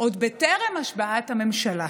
עוד טרם השבעת הממשלה,